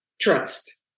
trust